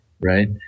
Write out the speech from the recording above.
right